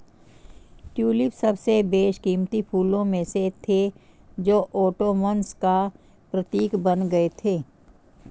tulip सबसे बेशकीमती फूलों में से थे जो ओटोमन्स का प्रतीक बन गए थे